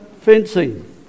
fencing